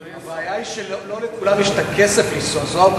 אדוני, הבעיה היא שלא לכולם יש הכסף לנסוע.